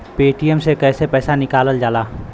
Paytm से कैसे पैसा निकलल जाला?